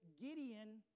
Gideon